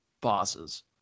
bosses